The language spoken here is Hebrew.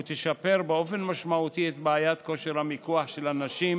ישפר באופן משמעותי את בעיית כושר המיקוח של הנשים